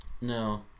No